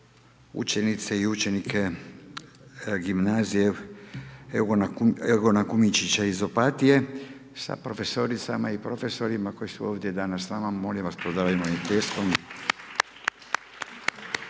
učenice i učenike gimnazije Eugena Kumičića iz Opatije sa profesoricama i profesorima koji su ovdje danas s nama. Molim vas pozdravimo ih pljeskom.